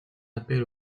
appel